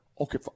Okay